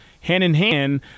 hand-in-hand